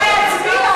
הכנסתי אותך להצביע.